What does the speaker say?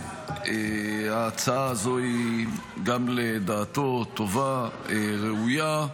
שההצעה הזאת, גם לדעתו, היא טובה, ראויה.